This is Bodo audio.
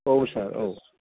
औ सार औ